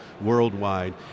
worldwide